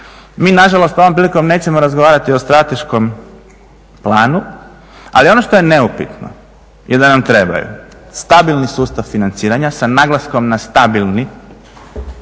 Mi nažalost ovom prilikom nećemo razgovarati o strateškom planu, ali ono što je neupitno je da nam trebaju stabilni sustav financiranja sa naglaskom na stabilni, da